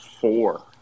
four